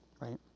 right